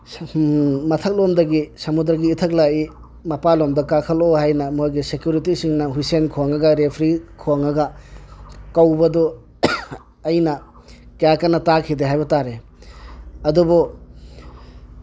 ꯃꯊꯛꯂꯣꯝꯗꯒꯤ ꯁꯃꯨꯗ꯭ꯔꯒꯤ ꯏꯊꯛ ꯂꯥꯛꯏ ꯃꯄꯥꯜꯂꯣꯝꯗ ꯀꯥꯈꯠꯂꯛꯑꯣ ꯍꯥꯏꯅ ꯃꯣꯏꯒꯤ ꯁꯦꯀ꯭ꯌꯨꯔꯤꯇꯤꯁꯤꯡꯅ ꯍꯨꯏꯁꯦꯟ ꯈꯣꯡꯉꯒ ꯔꯦꯐ꯭ꯔꯤ ꯈꯣꯡꯉꯒ ꯀꯧꯕꯗꯨ ꯑꯩꯅ ꯀꯌꯥ ꯀꯟꯅ ꯇꯥꯈꯤꯗꯦ ꯍꯥꯏꯕ ꯇꯥꯔꯦ ꯑꯗꯨꯕꯨ